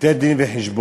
"ליתן דין וחשבון".